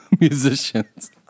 musicians